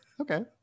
Okay